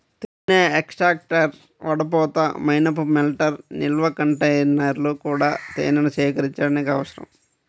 తేనె ఎక్స్ట్రాక్టర్, వడపోత, మైనపు మెల్టర్, నిల్వ కంటైనర్లు కూడా తేనెను సేకరించడానికి అవసరం